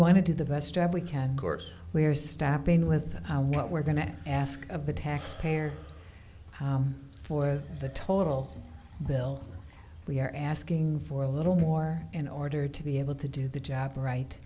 want to do the best job we can we're stopping with what we're going to ask of the taxpayer for the total bill we're asking for a little more in order to be able to do the job right